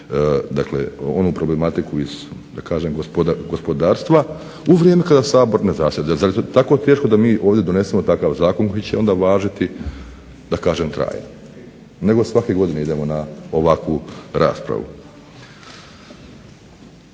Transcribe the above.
dakle onu problematiku iz da kažem gospodarstva u vrijeme kada Sabor ne zasjeda. Zar je to tako teško da mi ovdje donesemo takav zakon koji će onda važiti da kažem trajno, nego svake godine idemo na ovakvu raspravu.